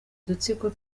udutsiko